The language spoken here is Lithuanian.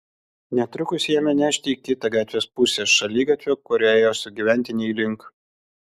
netrukus jį ėmė nešti į kitą gatvės pusę šaligatvio kuriuo ėjo sugyventiniai link